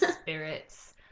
spirits